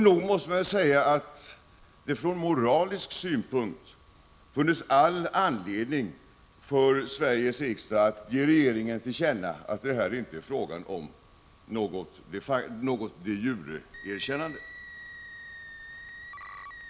Nog måste man väl säga att det från moralisk synpunkt funnes all anledning för Sveriges riksdag att ge regeringen till känna att det här inte är fråga om något de jure-erkännande.